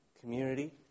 community